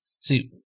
See